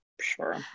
sure